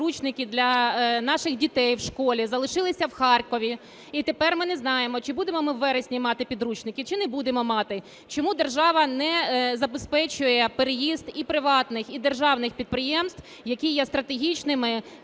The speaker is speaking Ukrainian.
підручники для наших дітей у школі, залишилися в Харкові, і тепер ми не знаємо, чи будемо у вересні мати підручники, чи не будемо мати. Чому держава не забезпечує переїзд і приватних, і державних підприємств, які є стратегічними?